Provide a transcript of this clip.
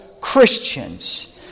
Christians